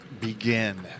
begin